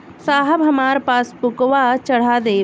साहब हमार पासबुकवा चढ़ा देब?